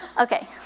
Okay